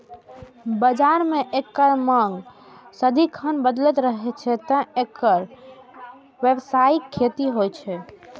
बाजार मे एकर मांग सदिखन बनल रहै छै, तें एकर व्यावसायिक खेती होइ छै